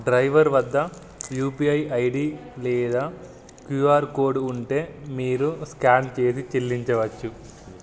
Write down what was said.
driver వద్ద U P I I D లేదా Q R code ఉంటే మీరు స్కాన్ చేసి చెల్లించవచ్చు